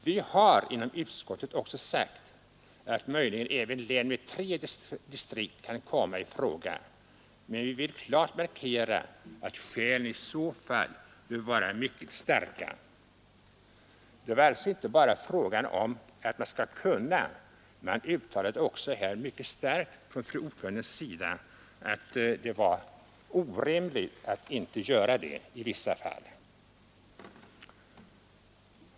Vi har inom utskottet också sagt att möjligen även län med tre distrikt kan komma i fråga, men vi vill klart markera att skälen i så fall bör vara mycket starka.” Det var alltså inte bara fråga om att kunna, utan utskottsordföranden uttalade också mycket starkt att det var orimligt att inte göra det i vissa fall.